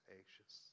anxious